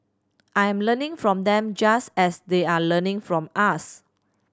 I'm learning from them just as they are learning from us